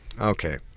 okay